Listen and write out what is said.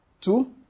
Two